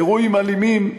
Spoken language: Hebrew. אירועים אלימים,